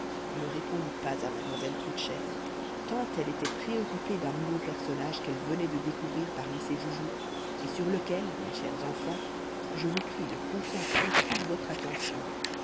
ne répondit pas à mademoiselle trudchen tant elle était préoccupée d'un nouveau personnage qu'elle venait de découvrir parmi ses joujoux et sur lequel mes chers enfants je vous prie de concentrer toute votre attention